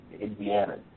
Indiana